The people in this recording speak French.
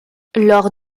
lors